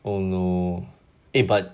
oh no eh but